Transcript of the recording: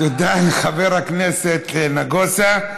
תודה לחבר הכנסת נגוסה.